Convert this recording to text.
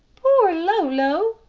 poor lolo,